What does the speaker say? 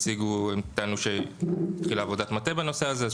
יציגו הם טענו שהתחילה עבודת מטה בנושא הזה,